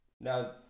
now